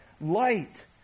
light